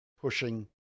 pushing